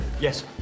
yes